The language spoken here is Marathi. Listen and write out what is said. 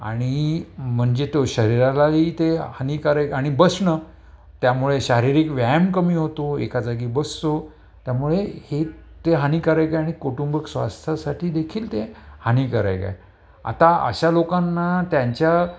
आणि म्हणजे तो शरीरालाही ते हानिकारक आणि बसणं त्यामुळे शारीरिक व्यायाम कमी होतो एका जागी बसतो त्यामुळे हे ते हानिकारक आणि कुटुंबक स्वास्थासाठी देखील ते हानिकारक आहे आता अशा लोकांना त्यांच्या